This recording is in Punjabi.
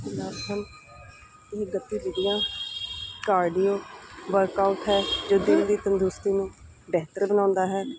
ਲਾਭ ਹਨ ਇਹ ਗਤੀਵਿਧੀਆਂ ਕਾਰਡੀਓ ਵਰਕਆਊਟ ਹੈ ਜੋ ਦਿਲ ਦੀ ਤੰਦਰੁਸਤੀ ਨੂੰ ਬਿਹਤਰ ਬਣਾਉਂਦਾ ਹੈ